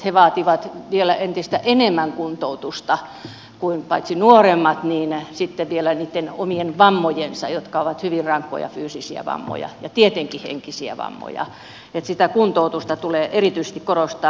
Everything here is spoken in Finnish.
he vaativat vielä entistä enemmän kuntoutusta kuin nuoremmat ja sitten vielä niitten omien vammojensa suhteen jotka ovat hyvin rankkoja fyysisiä vammoja ja tietenkin henkisiä vammoja joten sitä kuntoutusta tulee erityisesti korostaa